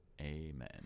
Amen